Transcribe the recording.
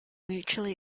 mutually